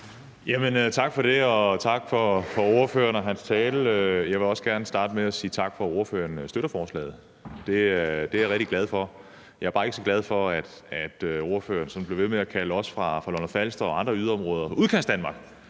Tak for det, og tak til ordføreren for hans tale. Jeg vil også gerne starte med at sige tak for, at ordføreren støtter forslaget. Det er jeg rigtig glad for. Jeg er bare ikke så glad for, at ordføreren sådan bliver ved med at kalde os fra Lolland-Falster og andre yderområder for nogen